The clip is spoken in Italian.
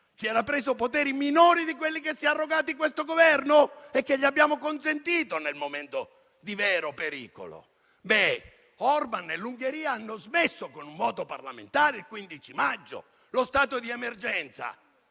si era preso poteri minori di quelli che si è arrogati questo Governo e che gli abbiamo consentito, nel momento di vero pericolo? Ebbene, Orbán e l'Ungheria hanno cessato, con un voto parlamentare, lo stato di emergenza